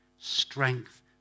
strength